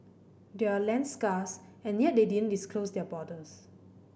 they're land scarce and yet they didn't close their borders